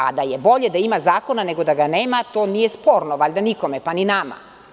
A da je bolje da ima zakona nego da ga nema, to nikome nije sporno, pa ni nama.